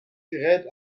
gerät